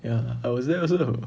ya I was there also